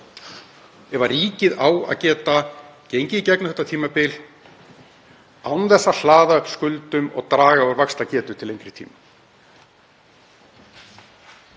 ef ríkið á að geta gengið í gegnum þetta tímabil án þess að hlaða upp skuldum og draga úr vaxtargetu til lengri tíma.